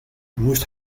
moest